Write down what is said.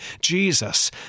Jesus